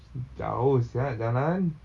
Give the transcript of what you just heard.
jauh sia jalan